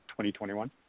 2021